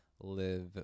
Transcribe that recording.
live